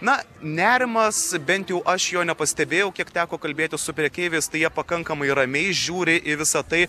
na nerimas bent jau aš jo nepastebėjau kiek teko kalbėtis su prekeiviais tai jie pakankamai ramiai žiūri į visą tai